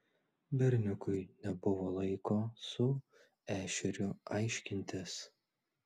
berniukui nebuvo laiko su ešeriu aiškintis